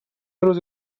روز